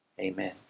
amen